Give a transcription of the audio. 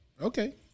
okay